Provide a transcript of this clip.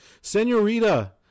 senorita